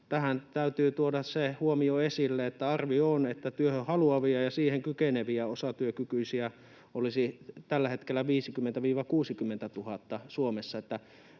Tähän täytyy tuoda se huomio esille, että arvio on, että työhön haluavia ja siihen kykeneviä osatyökykyisiä olisi tällä hetkellä 50 000–60 000 Suomessa